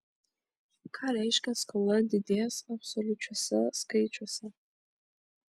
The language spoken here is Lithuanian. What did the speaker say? ką reiškia skola didės absoliučiuose skaičiuose